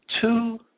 Two